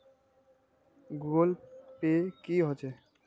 Google Pay की होचे?